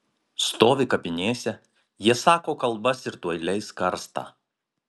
stovi kapinėse jie sako kalbas ir tuoj leis karstą